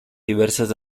diversas